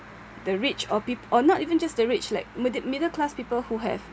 the rich or peo~ or not even just the rich like middle middle class people who have